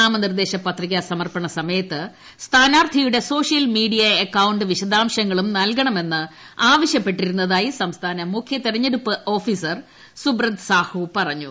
നാമനിർദ്ദേശ പത്രിക സമർപ്പണ സമയത്ത് സ്ഥാനാർത്ഥിയുടെ സോഷ്യൽമീഡിയ അക്കൌണ്ട് വിശദാംശങ്ങളും നൽകണമെന്ന് ആവശ്യപ്പെട്ടിരുന്നതായി സംസ്ഥാനത്ത് മുഖ്യ തെരഞ്ഞെടുപ്പ് ഓഫീസർ ്സുബ്രത് സാഹു പറഞ്ഞു